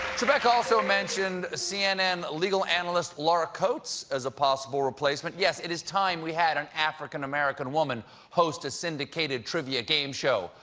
trebek also mentioned cnn legal analyst laura coates as a possible replacement. yes, it is time we had an african-american woman host a syndicated trivia game show.